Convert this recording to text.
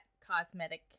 cosmetic